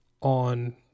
on